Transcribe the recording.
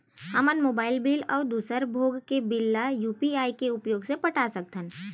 हमन mobile bill अउ दूसर भोग के बिल ला यू.पी.आई के उपयोग से पटा सकथन